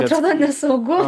čia dar nesaugu